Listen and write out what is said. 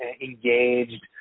engaged